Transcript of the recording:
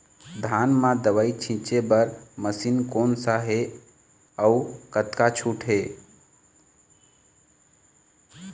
धान म दवई छींचे बर मशीन कोन सा हे अउ कतका छूट हे?